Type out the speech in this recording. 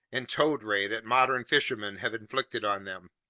and toad ray that modern fishermen have inflicted on them.